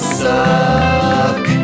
suck